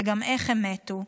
וגם איך הם מתו.